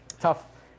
Tough